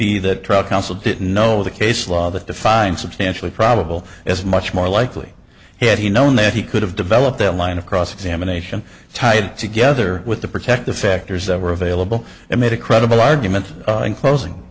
be that truck council didn't know the case law that defined substantially probable as much more likely had he known that he could have developed a line of cross examination tied together with the protect the factors that were available and made a credible argument in closing